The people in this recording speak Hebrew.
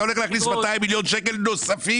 אתה הולך להכניס 200 מיליון שקלים נוספים.